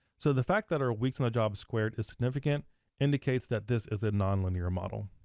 so the fact that our weeks on the job squared is significant indicates that this is a nonlinear model.